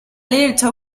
little